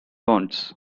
wants